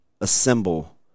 assemble